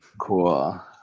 cool